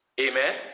Amen